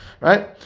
right